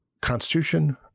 constitution